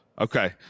Okay